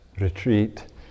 retreat